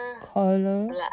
Color